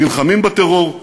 נלחמים בטרור,